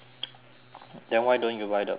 then why don't you buy the pants that day